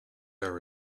are